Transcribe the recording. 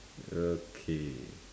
okay